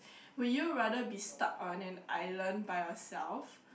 will you rather be start on an island by yourself